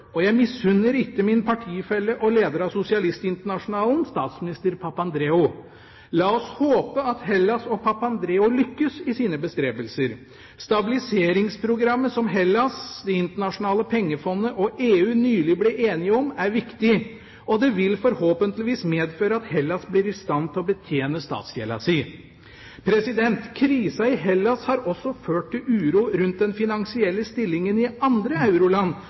og jeg misunner ikke min partifelle og leder av Socialist International, statsminister Papandreou. La oss håpe at Hellas og Papandreou lykkes i sine bestrebelser. Stabiliseringsprogrammet som Hellas, Det internasjonale pengefond og EU nylig ble enige om, er viktig, og det vil forhåpentligvis medføre at Hellas blir i stand til å betjene statsgjelda si. Krisa i Hellas har også ført til uro rundt den finansielle stillingen i andre euroland